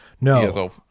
no